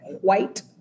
white